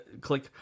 click